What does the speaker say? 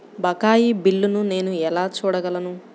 బకాయి బిల్లును నేను ఎలా చూడగలను?